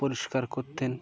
পরিষ্কার করতেন